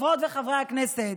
חברות וחברי הכנסת,